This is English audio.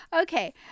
Okay